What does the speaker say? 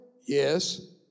Yes